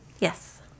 Yes